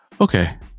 Okay